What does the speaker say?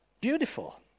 beautiful